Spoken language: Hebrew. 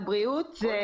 זו